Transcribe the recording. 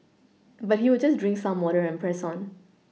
but he would just drink some water and press on